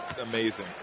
amazing